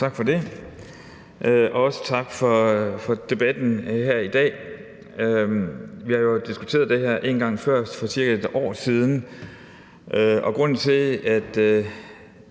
Tak for det, og også tak for debatten her i dag. Vi har jo diskuteret det her en gang før for cirka et år siden. Grunden til, at